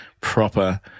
proper